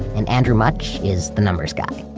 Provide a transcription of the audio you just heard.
and andrew mutch is the numbers guy.